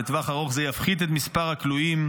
בטווח הארוך זה יפחית את מספר הכלואים.